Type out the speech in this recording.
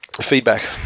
feedback